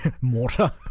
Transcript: mortar